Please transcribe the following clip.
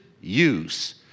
use